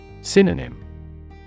Synonym